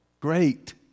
Great